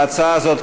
ההצעה הזאת,